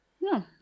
No